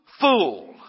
fool